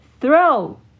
Throw